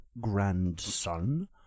grandson